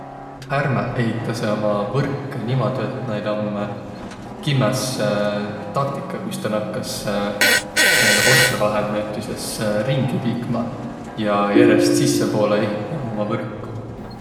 Härmäq ehitäseq uma võrkõ nii, et näil om kimmäs taktika, kuis ta nakkas ossõ vahel näütüses ringi liikma ja järest sissepoolõ ehitämä umma võrku.